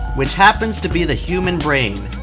which happens to be the human brain.